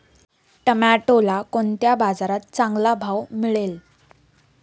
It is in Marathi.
टोमॅटोला कोणत्या बाजारात चांगला भाव मिळेल?